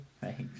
Thanks